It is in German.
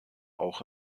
auch